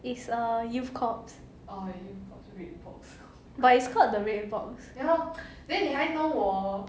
is a youth corps but it's called the red box